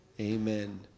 Amen